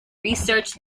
research